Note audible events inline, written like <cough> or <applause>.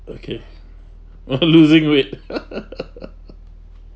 okay <laughs> losing weight <laughs>